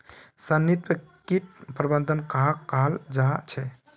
समन्वित किट प्रबंधन कहाक कहाल जाहा झे?